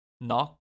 Knock